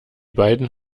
beiden